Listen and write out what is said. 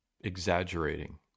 exaggerating